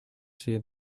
see